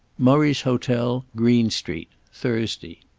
murray's hotel, green street, thursday.